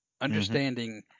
understanding